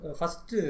first